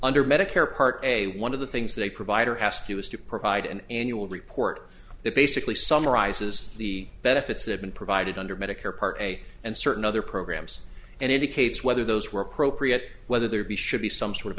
under medicare part a one of the things they provider has to do is to provide an annual report that basically summarizes the benefits that been provided under medicare part a and certain other programs and indicates whether those were appropriate whether there be should be some sort of